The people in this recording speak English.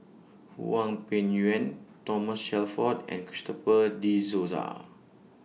Hwang Peng Yuan Thomas Shelford and Christopher De Souza